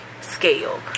scale